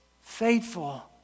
faithful